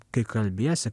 kai kalbiesi